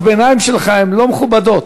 הערות הביניים שלך הן לא מכובדות.